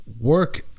work